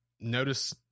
Notice